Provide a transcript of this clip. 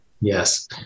Yes